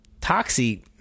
Toxie